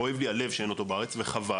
כואב לי הלב שאין אותו בארץ וחבל,